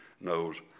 knows